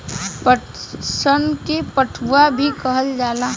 पटसन के पटुआ भी कहल जाला